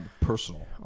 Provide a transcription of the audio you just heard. personal